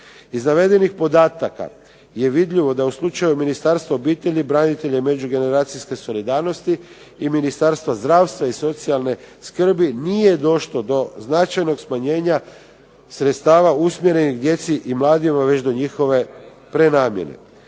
Iz navedenih podataka je vidljivo da u slučaju Ministarstva obitelji, branitelja i međugeneracijske solidarnosti, i Ministarstva zdravstva i socijalne skrbi nije došlo do značajnog smanjenja sredstava usmjerenih djeci i mladima već do njihove prenamjene.